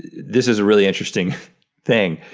this is a really interesting thing,